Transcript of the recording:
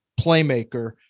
playmaker